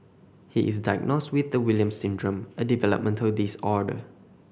he is diagnosed with the Williams Syndrome a developmental disorder